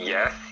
Yes